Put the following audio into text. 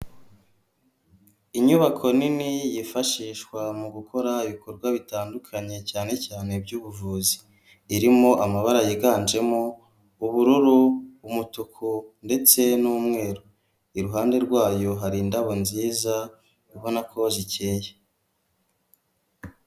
Inyubako nini yifashishwa mu gukora ibikorwa bitandukanye cyane cyane Iby'ubuvuzi, irimo amabara yiganjemo ubururu, umutuku ndetse n'umweru. Iruhande rwayo har’indabo nziza ubona ko zikeye.